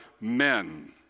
men